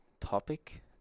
topic